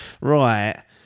right